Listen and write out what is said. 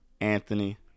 Anthony